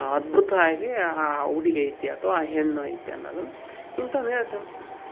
ಅದ್ಭುತ ಆಗಿ ಆ ಹುಡುಗಿ ಐತಿ ಅಥ್ವಾ ಆ ಹೆಣ್ಣು ಐತಿ ಅನ್ನೋದನ್ ಇಂಥಾವುನ್ ಹೇಳ್ತವೆ